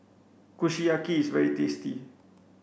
Kushiyaki is very tasty